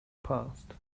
passed